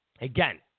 again